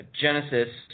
Genesis